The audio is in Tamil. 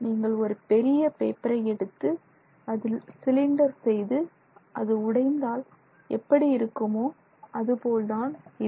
நீங்கள் ஒரு பெரிய பேப்பரை எடுத்து அதில் சிலிண்டர் செய்து அது உடைந்தால் எப்படி இருக்குமோ அதுபோல்தான் இதுவும்